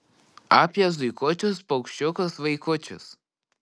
apie zuikučius paukščiukus vaikučius